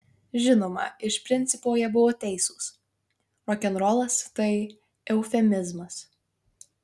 žinoma iš principo jie buvo teisūs rokenrolas tai eufemizmas